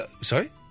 Sorry